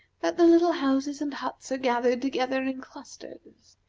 that the little houses and huts are gathered together in clusters.